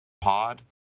pod